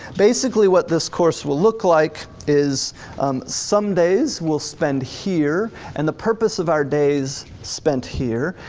basically what this course will look like is um some days we'll spend here, and the purpose of our days spent here,